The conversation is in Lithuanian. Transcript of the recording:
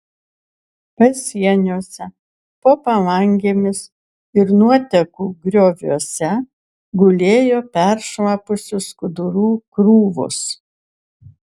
pasieniuose po palangėmis ir nuotekų grioviuose gulėjo peršlapusių skudurų krūvos